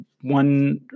one